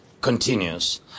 continues